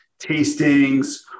tastings